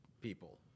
people